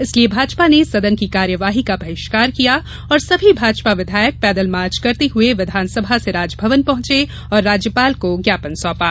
इसलिए भाजपा ने सदन की कार्यवाही का बहिष्कार किया और सभी भाजपा विधायक पैदल मार्च करते हुए विधानसभा से राजभवन पहुंचे और राज्यपाल को ज्ञापन सौपा